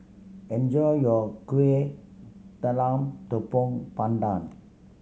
enjoy your Kuih Talam Tepong Pandan